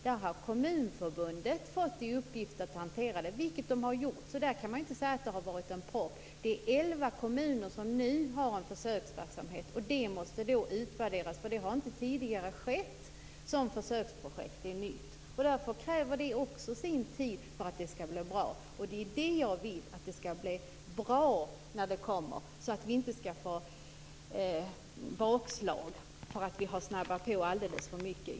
Där har Kommunförbundet fått i uppgift att hantera ärendet, vilket man har gjort. Så där har det inte funnits någon propp. Det är elva kommuner som nu har försöksverksamheter med familjegruppskonferenser, och dessa måste utvärderas därför att det har tidigare inte drivits sådana försöksprojekt. Familjegruppskonferens är någonting nytt. Därför kräver också det sin tid för att det hela skall bli bra. Jag vill att det skall bli bra, så att vi inte skall få några bakslag för att vi har snabbat på alldeles mycket.